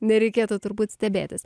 nereikėtų turbūt stebėtis